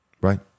Right